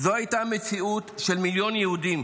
זו הייתה מציאות של מיליון יהודים,